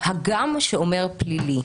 הגם שאומר פלילי.